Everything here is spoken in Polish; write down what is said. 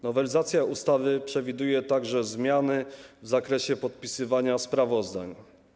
Nowelizacja ustawy przewiduje także zmiany w zakresie podpisywania sprawozdań.